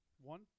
One